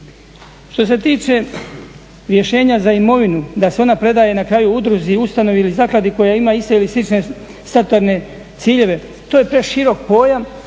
Što se tiče rješenja za imovinu da se ona predaje na kraju udruzi, ustanovi ili zakladi koja ima iste ili slične statutarne ciljeve. To je preširok pojam,